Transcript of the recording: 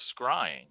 scrying